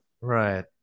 right